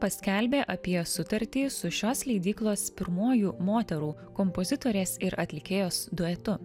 paskelbė apie sutartį su šios leidyklos pirmuoju moterų kompozitorės ir atlikėjos duetu